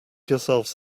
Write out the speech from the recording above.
yourselves